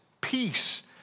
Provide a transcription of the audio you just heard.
peace